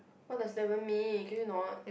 what does seven mean can you not